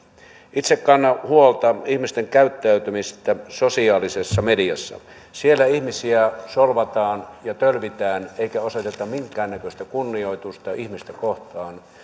itse kannan huolta ihmisten käyttäytymisestä sosiaalisessa mediassa siellä ihmisiä solvataan ja tölvitään eikä osoiteta minkäännäköistä kunnioitusta ihmistä kohtaan